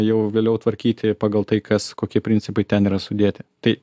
jau vėliau tvarkyti pagal tai kas kokie principai ten yra sudėti tai